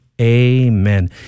Amen